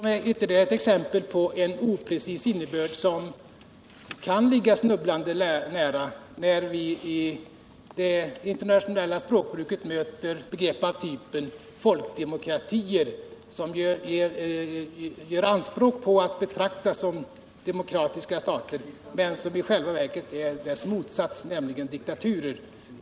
Herr talman! Jag nämnde ytterligare ett exempel på oprecis innebörd, som kan ligga snubblande nära. I det internationella språkbruket möter vi begrepp av typen folkdemokrati; man gör anspråk på att betraktas som en demokratisk stat, men i själva verket är det fråga om dess motsats, nämligen diktatur. Bl.